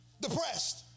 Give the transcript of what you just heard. Depressed